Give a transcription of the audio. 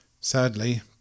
Sadly